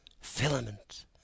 filament